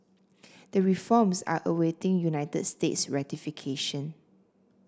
the reforms are awaiting United States ratification